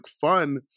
fun